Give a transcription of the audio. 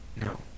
No